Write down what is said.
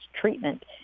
treatment